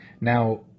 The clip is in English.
Now